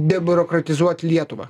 debiurokratizuot lietuvą